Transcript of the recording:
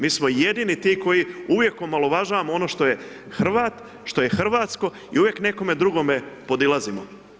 Mi smo jedini ti koji uvijek omalovažavamo ono što je Hrvat, što je hrvatsko i uvijek nekome drugome podilazimo.